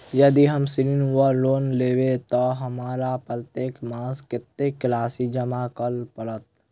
यदि हम ऋण वा लोन लेबै तऽ हमरा प्रत्येक मास कत्तेक राशि जमा करऽ पड़त?